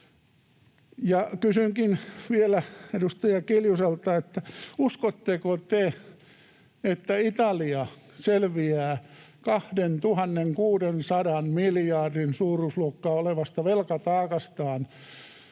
kysynkin vielä edustaja Kiljuselta, uskotteko te, että Italia selviää 2 600 miljardin suuruusluokkaa olevasta velkataakastaan,